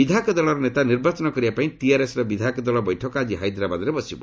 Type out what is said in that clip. ବିଧାୟକ ଦଳର ନେତା ନିର୍ବାଚନ କରିବା ପାଇଁ ଟିଆର୍ଏସ୍ର ବିଧାୟକ ଦଳ ବୈଠକ ଆଜି ହାଇଦ୍ରାବାଦରେ ବସିବ